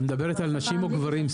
את מדברת על נשים או גברים?